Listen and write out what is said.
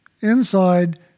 Inside